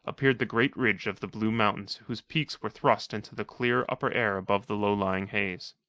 appeared the great ridge of the blue mountains whose peaks were thrust into the clear upper air above the low-lying haze.